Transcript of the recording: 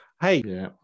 Hey